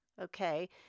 okay